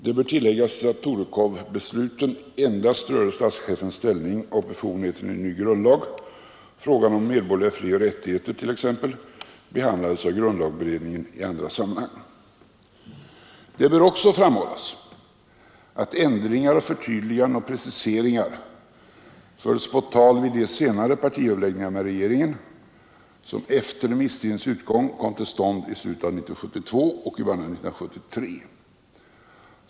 Det bör tilläggas att Torekovbesluten endast rörde statschefens ställning och befogenheter i en ny grundlag. Frågan om t.ex. medborgerliga frioch rättigheter behandlades av grundlagberedningen i andra sammanhang. Det bör också framhållas att ändringar, förtydliganden och preciseringar fördes på tal vid de senare partiöverläggningarna med regeringen, som efter remisstidens utgång kom till stånd i slutet av år 1972 och början av 1973.